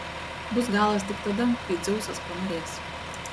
bus galas tik tada kai dzeusas panorės